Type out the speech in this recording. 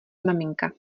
maminka